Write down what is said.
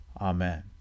Amen